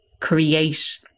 create